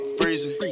freezing